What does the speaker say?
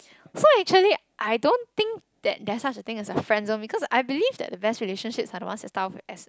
so actually I don't think that there is such a thing as a friendzone because I believe that the best relationships are the ones that start off as